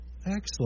Excellent